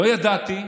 לא ידעתי,